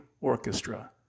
Orchestra